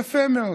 יפה מאוד.